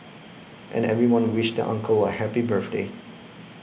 and everyone wished the uncle a happy birthday